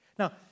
Now